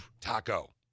taco